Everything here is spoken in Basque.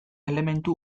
elementu